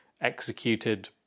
executed